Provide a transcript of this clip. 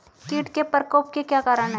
कीट के प्रकोप के क्या कारण हैं?